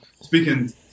speaking